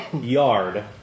yard